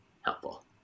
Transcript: helpful